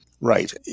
Right